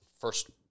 first